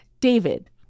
David